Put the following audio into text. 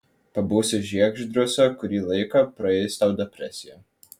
pabūsi žiegždriuose kurį laiką praeis tau depresija